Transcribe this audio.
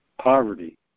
poverty